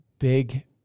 big